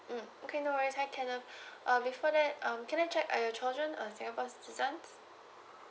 hmm okay no worries can uh before that um can I check are your children uh singapore citizens